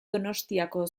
donostiako